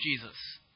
Jesus